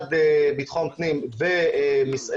המשרד לביטחון הפנים ומשרד המשפטים.